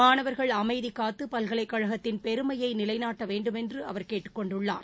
மாணவர்கள் அமைதி காத்து பல்கலைக்கழகத்தின் பெருமையை நிலைநாட்ட வேண்டும் என்று அவர் கேட்டுக்கொண்டுள்ளார்